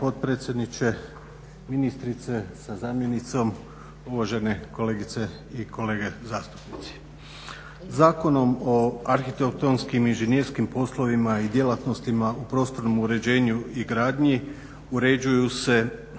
potpredsjedniče, ministrice sa zamjenicom, uvažene kolegice i kolege zastupnici. Zakonom o arhitektonskim inženjerskim poslovima i djelatnostima u prostornom uređenju i gradnji uređuju se